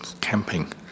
camping